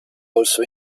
also